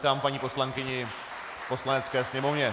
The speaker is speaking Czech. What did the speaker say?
Vítám paní poslankyni v Poslanecké sněmovně.